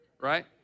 right